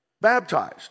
baptized